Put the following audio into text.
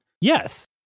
Yes